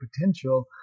potential